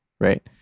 right